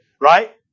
Right